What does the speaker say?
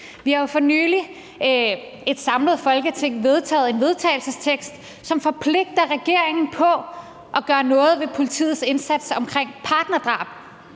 Vi har jo for nylig, et samlet Folketing, vedtaget et forslag til vedtagelse, som forpligter regeringen til at gøre noget ved politiets indsats i forbindelse med partnerdrab.